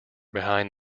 behind